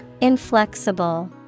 Inflexible